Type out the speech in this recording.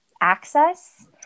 Access